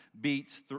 beats